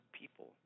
people